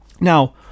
Now